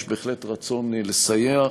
יש בהחלט רצון לסייע.